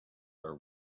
are